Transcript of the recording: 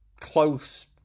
close